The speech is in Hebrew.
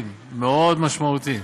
מאוד משמעותי.